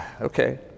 Okay